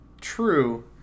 true